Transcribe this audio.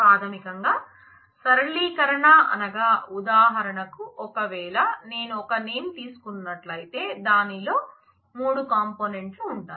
ప్రాథమికంగా సరళీకరణ అనగా ఉదాహరణకు ఒకవేళ నేను ఒక నేమ్ తీసుకున్నట్లయితే దానిలో 3 కాంపోనెంట్ లు ఉంటాయి